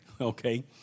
Okay